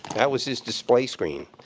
that was his display screen.